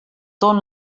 ton